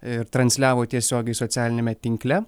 ir transliavo tiesiogiai socialiniame tinkle